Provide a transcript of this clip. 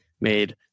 made